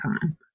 time